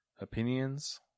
opinions